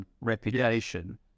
reputation